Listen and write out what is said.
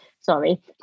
sorry